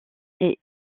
est